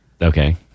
okay